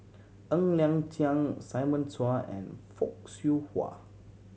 Ng Liang Chiang Simon Chua and Fock Siew Wah